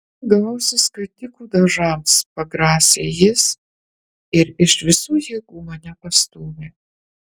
tuoj gausi skatikų dažams pagrasė jis ir iš visų jėgų mane pastūmė